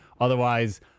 Otherwise